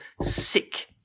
sick